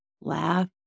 laugh